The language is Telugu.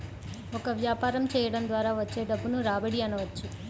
ఒక వ్యాపారం చేయడం ద్వారా వచ్చే డబ్బును రాబడి అనవచ్చు